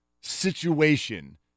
situation